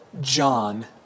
John